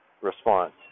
response